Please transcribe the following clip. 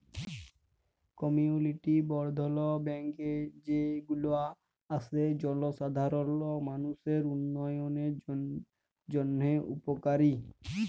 community বর্ধল bank যে গুলা আসে জলসাধারল মালুষের উল্যয়নের জন্হে উপকারী